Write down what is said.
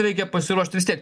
reikia pasiruošt vis tiek